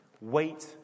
Wait